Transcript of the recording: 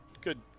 good